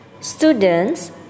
Students